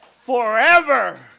forever